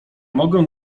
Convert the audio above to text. mogę